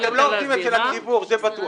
אנחנו מדברים על תשלום בגין ביצוע